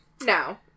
No